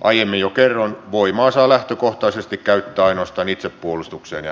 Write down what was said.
aiemmin jo kerroin voimaa saa lähtökohtaisesti käyttää ainoastaan itsepuolustukseen ja hätävarjeluun